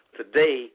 today